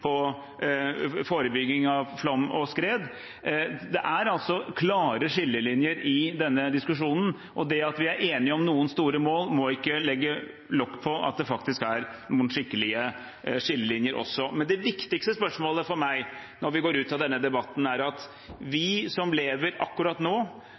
på forebygging av flom og skred. Det er altså klare skillelinjer i denne diskusjonen. Det at vi er enige om noen store mål, må ikke legge lokk på at det faktisk er noen skikkelige skillelinjer også. Det viktigste spørsmålet for meg når vi går ut av denne debatten, er at vi som lever akkurat nå,